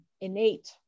innate